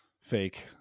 fake